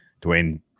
Dwayne